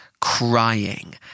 crying